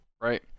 right